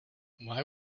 why